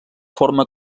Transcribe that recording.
forma